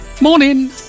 morning